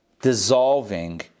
dissolving